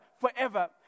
forever